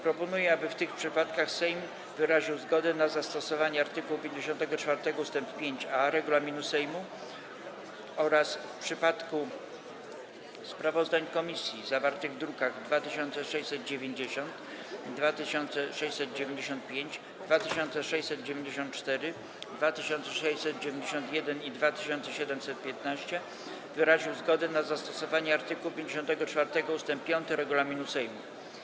Proponuję, aby w tych przypadkach Sejm wyraził zgodę na zastosowanie art. 54 ust. 5a regulaminu Sejmu oraz w przypadku sprawozdań komisji zawartych w drukach nr 2690, 2695, 2694, 2691 i 2715 wyraził zgodę na zastosowanie art. 54 ust. 5 regulaminu Sejmu.